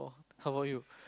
how about you